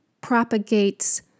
propagates